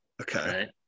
Okay